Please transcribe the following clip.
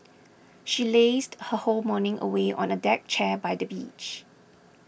she lazed her whole morning away on a deck chair by the beach